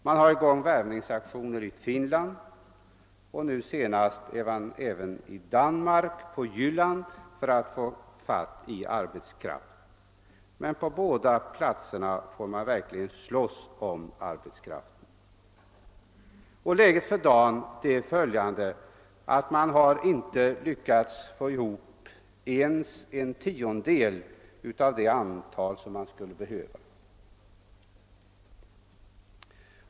Man har vidare påbörjat värvningsaktioner i Finland och nu senast även i Danmark — på Jylland — för att få arbetskraft. Men på båda hållen måste man verkligen slåss om den tillgängliga arbetskraften. Läget för dagen är det, att man inte lyckats få ihop ens en tiondedel av det antal arbetare man skulle behöva.